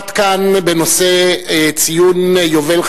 עד כאן בנושא ציון יובל,